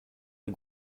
les